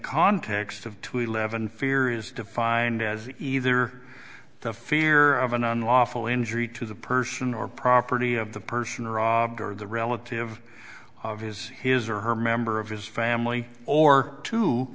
context of to eleven fear is defined as either the fear of an unlawful injury to the person or property of the person robbed or the relative of his his or her member of his family or to